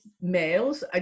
males